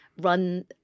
run